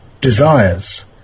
desires